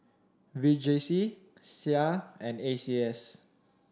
V J C Sia and A C S